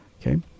Okay